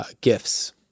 Gifts